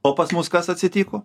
o pas mus kas atsitiko